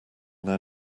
their